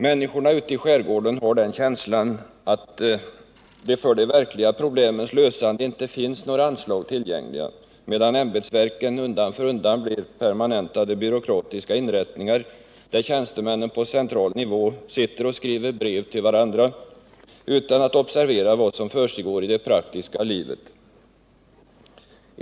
Människorna ute i skärgården har den känslan att det för de verkliga problemens lösande inte finns några anslag tillgängliga, medan ämbetsverken undan för undan blir permanentade byråkratiska inrättningar, där tjänstemän på central nivå sitter och skriver brev till varandra utan att observera vad som försiggår i det praktiska livet.